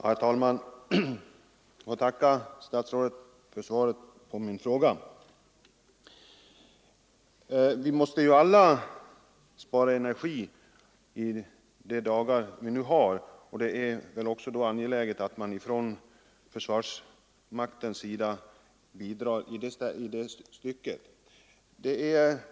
Herr talman! Jag får tacka statsrådet för svaret på min fråga. Vi måste ju alla spara energi i dessa dagar, och det är då också angeläget att man från försvarsmaktens sida bidrar i det stycket.